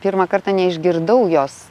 pirmą kartą neišgirdau jos